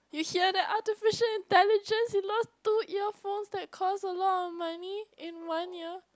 you hear that artificial intelligence he lost two earphones that cost a lot of money in one year